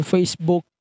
Facebook